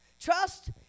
Trust